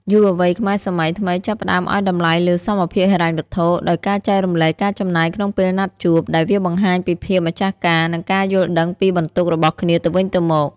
យុវវ័យខ្មែរសម័យថ្មីចាប់ផ្ដើមឱ្យតម្លៃលើ «សមភាពហិរញ្ញវត្ថុ» ដោយការចែករំលែកការចំណាយក្នុងពេលណាត់ជួប ដែលវាបង្ហាញពីភាពម្ចាស់ការ និងការយល់ដឹងពីបន្ទុករបស់គ្នាទៅវិញទៅមក។